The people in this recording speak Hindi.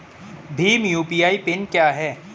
भीम यू.पी.आई पिन क्या है?